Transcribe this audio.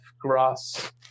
grass